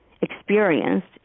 experienced